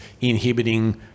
inhibiting